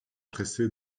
pressée